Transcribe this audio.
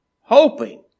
hoping